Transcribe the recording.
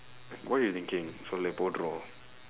what you thinking சொல்லு போட்டுருவோம்:sollu pootduruvoom